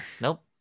Nope